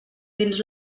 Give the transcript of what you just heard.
dins